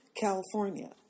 California